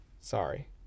Sorry